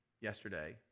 yesterday